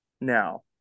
now